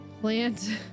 Plant